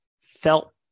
felt